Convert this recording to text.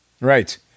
Right